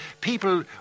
people